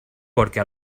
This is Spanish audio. porque